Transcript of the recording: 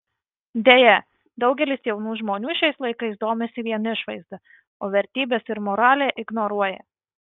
deja daugelis jaunų žmonių šiais laikais domisi vien išvaizda o vertybes ir moralę ignoruoja